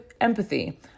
empathy